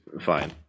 Fine